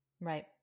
Right